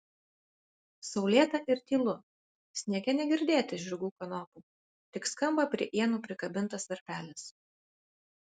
saulėta ir tylu sniege negirdėti žirgų kanopų tik skamba prie ienų prikabintas varpelis